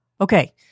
Okay